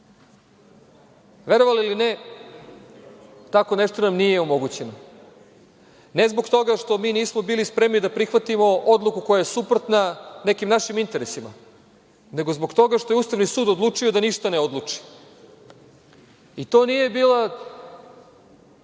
Verovali ili ne, tako nešto nam nije omogućeno. Ne zbog toga što mi nismo bili spremni da prihvatimo odluku koja je suprotna nekim našim interesima, nego zbog toga što je Ustavni sud odlučio da ništa ne odluči, i to nije bila